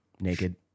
Naked